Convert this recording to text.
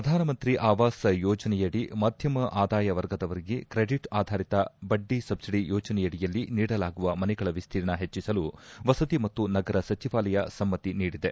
ಪ್ರಧಾನಮಂತ್ರಿ ಆವಾಸ್ ಯೋಜನೆಯಡಿ ಮಧ್ಯಮ ಆದಾಯ ವರ್ಗದವರಿಗೆ ಕ್ರೆಡಿಟ್ ಆಧಾರಿತ ಬಡ್ಡಿ ಸಬ್ಲಡಿ ಯೋಜನೆಯಡಿಯಲ್ಲಿ ನೀಡಲಾಗುವ ಮನೆಗಳ ವಿಸ್ತೀರ್ಣ ಹೆಚ್ಚಿಸಲು ವಸತಿ ಮತ್ತು ನಗರ ಸಚಿವಾಲಯ ಸಮ್ಮತಿ ನೀಡಿದೆ